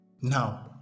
Now